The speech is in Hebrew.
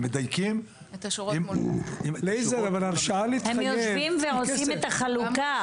עכשיו מדייקים --- הם יושבים ועושים את החלוקה,